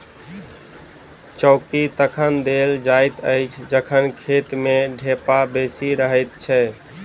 चौकी तखन देल जाइत अछि जखन खेत मे ढेपा बेसी रहैत छै